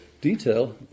detail